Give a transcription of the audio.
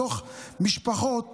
בתוך משפחות